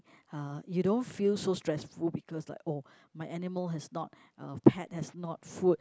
uh you don't feel so stressful because like oh my animal has not uh pet has not food